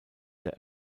der